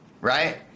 right